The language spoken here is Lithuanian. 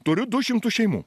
turiu du šimtus šeimų